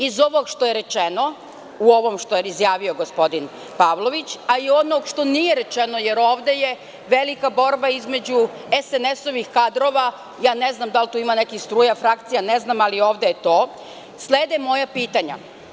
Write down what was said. Iz ovog što je rečeno u izjavi gospodina Pavlovića, a i onog što nije rečeno, jer ovde je velika borba između SNS kadrova, ne znam da li tu ima nekih struja, frakcija, ali ovde je to i slede moja pitanja.